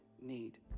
need